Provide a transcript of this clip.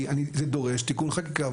כי זה דורש תיקון חקיקה,